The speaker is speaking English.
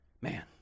man